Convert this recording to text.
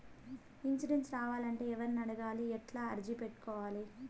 Insurance రావాలంటే ఎవర్ని అడగాలి? ఎట్లా అర్జీ పెట్టుకోవాలి?